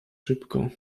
szybko